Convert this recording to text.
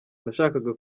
nashakaga